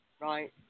right